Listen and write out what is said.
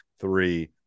three